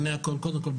קודם כל,